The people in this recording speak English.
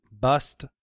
bust